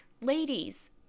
Ladies